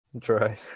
Try